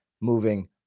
moving